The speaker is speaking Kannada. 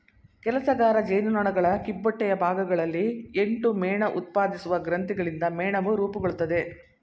ಕೆಲಸಗಾರ ಜೇನುನೊಣಗಳ ಕಿಬ್ಬೊಟ್ಟೆಯ ಭಾಗಗಳಲ್ಲಿ ಎಂಟು ಮೇಣಉತ್ಪಾದಿಸುವ ಗ್ರಂಥಿಗಳಿಂದ ಮೇಣವು ರೂಪುಗೊಳ್ತದೆ